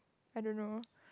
I don't know